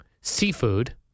seafood